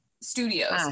studios